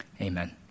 amen